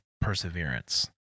perseverance